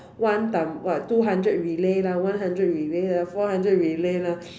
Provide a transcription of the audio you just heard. one time what two hundred relay lah one hundred relay lah four hundred relay lah